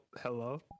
hello